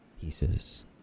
pieces